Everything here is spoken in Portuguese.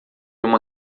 uma